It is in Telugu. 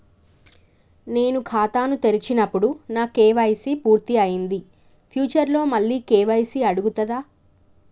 నేను ఖాతాను తెరిచినప్పుడు నా కే.వై.సీ పూర్తి అయ్యింది ఫ్యూచర్ లో మళ్ళీ కే.వై.సీ అడుగుతదా?